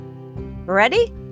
Ready